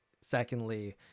secondly